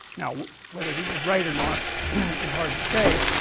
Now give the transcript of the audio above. now, whether he was right or not is hard to say